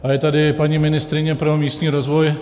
A je tady paní ministryně pro místní rozvoj.